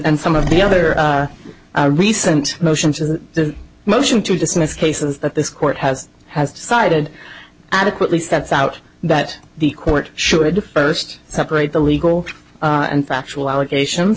and some of the other recent motions in the motion to dismiss cases that this court has has decided adequately sets out that the court should first separate the legal and factual allegation